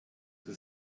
the